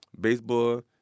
baseball